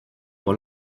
pour